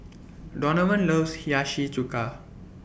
Donavon loves Hiyashi Chuka